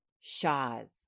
Shaw's